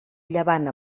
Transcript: llevant